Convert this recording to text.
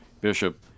bishop